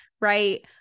right